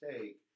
take